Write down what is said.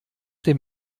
dem